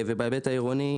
בהיבט העירוני,